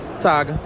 tag